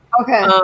Okay